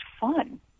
fun